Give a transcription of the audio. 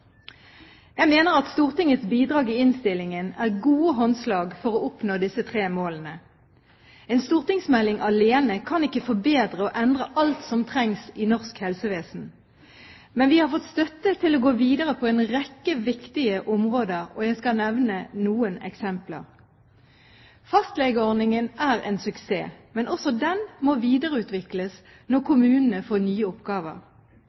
Jeg mener at Stortingets bidrag i innstillingen er gode håndslag for å oppnå disse tre målene. En stortingsmelding alene kan ikke forbedre og endre alt som trengs i norsk helsevesen, men vi har fått støtte til å gå videre på en rekke viktige områder, og jeg skal nevne noen eksempler: Fastlegeordningen er en suksess, men også den må videreutvikles når kommunene får nye oppgaver.